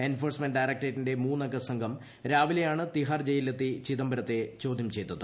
enforcement ഡയറക്ടറേറ്റിന്റെ മൂന്നംഗ സംഘം രാവിലെയാണ് തിഹാർ ജയിലിലെത്തി ചിദംബരത്തെ ചോദ്യം ചെയ്തത്